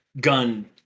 gun